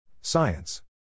Science